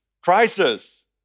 crisis